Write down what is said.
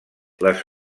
les